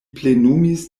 plenumis